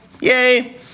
Yay